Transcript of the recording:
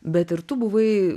bet ir tu buvai